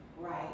right